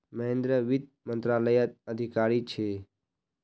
महेंद्र वित्त मंत्रालयत अधिकारी छे